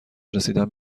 رسیدن